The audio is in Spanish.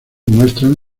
muestran